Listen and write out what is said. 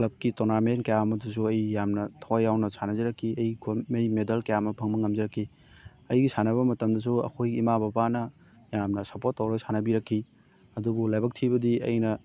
ꯀ꯭ꯂꯕꯀꯤ ꯇꯣꯔꯅꯥꯃꯦꯟ ꯀꯌꯥꯃꯗꯁꯨ ꯑꯩ ꯌꯥꯝꯅ ꯊꯋꯥꯏ ꯌꯥꯎꯅ ꯁꯥꯟꯅꯖꯔꯛꯈꯤ ꯑꯩ ꯃꯦꯗꯜ ꯀꯌꯥ ꯑꯃ ꯐꯪꯕ ꯉꯝꯖꯔꯛꯈꯤ ꯑꯩꯒꯤ ꯁꯥꯟꯅꯕ ꯃꯇꯝꯗꯁꯨ ꯑꯩꯈꯣꯏꯒꯤ ꯏꯃꯥ ꯕꯕꯥꯅ ꯌꯥꯝꯅ ꯁꯞꯄꯣꯔꯠ ꯇꯧꯔ ꯁꯥꯟꯅꯕꯤꯔꯛꯈꯤ ꯑꯗꯨꯕꯨ ꯂꯥꯏꯕꯛ ꯊꯤꯕꯗꯤ ꯑꯩꯅ